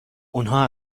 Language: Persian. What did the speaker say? اونها